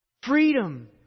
Freedom